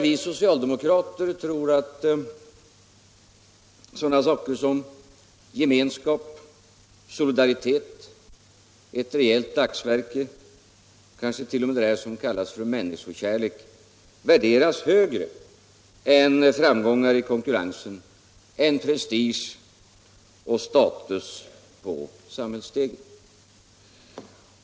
Vi socialdemokrater tror att sådana saker som gemenskap, solidaritet, ett rejält dagsverke och kanske t.o.m. det som kallas människokärlek måste värderas högre än framgångar i konkurrensen, prestige och status på samhällsstegen.